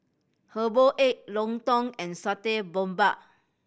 herbal egg lontong and Satay Babat